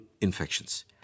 infections